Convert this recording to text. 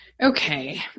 Okay